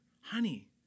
honey